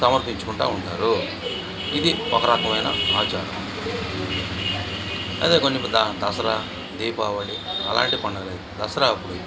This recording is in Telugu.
సమర్పించుకుంటు ఉంటారు ఇది ఒకరకమైన ఆచారం అదే కొన్ని ద దసరా దీపావళి అలాంటి పండుగలు అయితే దసరా అప్పుడు